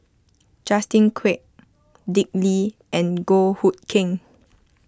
Justin Quek Dick Lee and Goh Hood Keng